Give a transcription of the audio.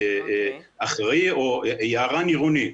יערן עירוני,